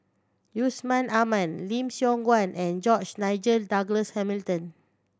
Yusman Aman Lim Siong Guan and George Nigel Douglas Hamilton